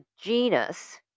genus